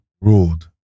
ruled